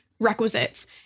Requisites